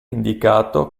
indicato